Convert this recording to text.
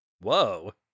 Whoa